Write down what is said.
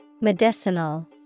Medicinal